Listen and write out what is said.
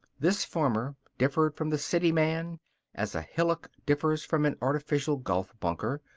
this farmer differed from the city man as a hillock differs from an artificial golf bunker,